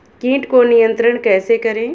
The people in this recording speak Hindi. कीट को नियंत्रण कैसे करें?